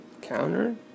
counter